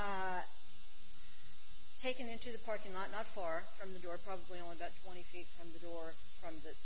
was taken into the parking lot not far from the door probably only about twenty feet from the door from